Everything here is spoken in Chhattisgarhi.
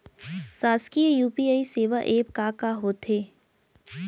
शासकीय यू.पी.आई सेवा एप का का होथे?